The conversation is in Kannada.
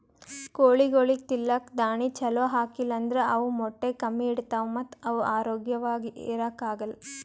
ಕೋಳಿಗೊಳಿಗ್ ತಿಲ್ಲಕ್ ದಾಣಿ ಛಲೋ ಹಾಕಿಲ್ ಅಂದ್ರ ಅವ್ ಮೊಟ್ಟೆ ಕಮ್ಮಿ ಇಡ್ತಾವ ಮತ್ತ್ ಅವ್ ಆರೋಗ್ಯವಾಗ್ ಇರಾಕ್ ಆಗಲ್